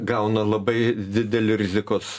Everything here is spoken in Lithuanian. gauna labai didelį rizikos